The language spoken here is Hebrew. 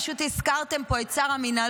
פשוט הזכרתם פה את שר המינהלות,